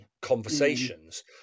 conversations